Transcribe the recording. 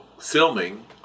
filming